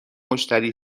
مشتری